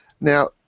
now